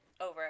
over